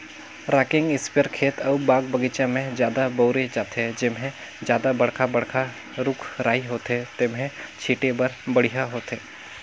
rocking इस्पेयर खेत अउ बाग बगीचा में जादा बउरे जाथे, जेम्हे जादा बड़खा बड़खा रूख राई होथे तेम्हे छीटे बर बड़िहा होथे